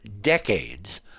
decades